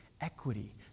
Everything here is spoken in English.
equity